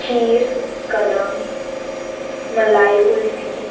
खीर कदम मलाई कुल्फी